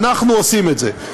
אנחנו עושים את זה.